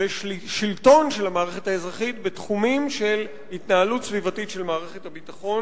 ושלטון של המערכת האזרחית בתחומים של התנהלות סביבתית של מערכת הביטחון.